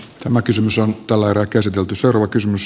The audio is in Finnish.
tämä kysymys on tällä erää käsitelty sorvakysymys